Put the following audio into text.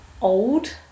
old